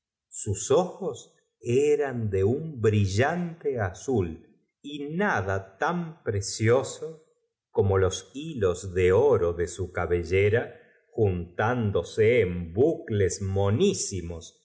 sus ojos eran de un brillante azul y nada tan precioso como los hilos do oro de su cabellea juntándo se en bucles